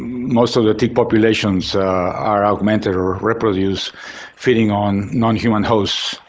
most of the tick populations are augmented or reproduce feeding on non-human hosts,